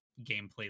gameplay